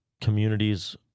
communities